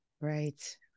Right